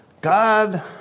God